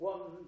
One